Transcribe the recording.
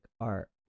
art